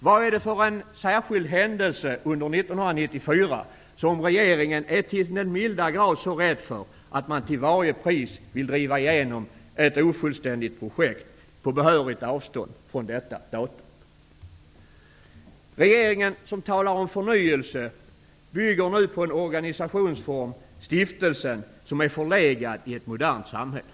Vad är det för särskild händelse som skall ske under 1994 och som regeringen är så till den milda grad rädd för, att man till varje pris vill driva igenom ett ofullständigt projekt på behörigt avstånd från detta datum? Regeringen talar om förnyelse, men bygger nu detta resonemang krig en organisationsform, stiftelsen, som är förlegad i ett modernt samhälle.